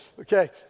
Okay